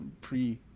pre